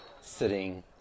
sitting